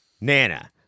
Nana